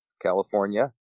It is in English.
California